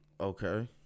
Okay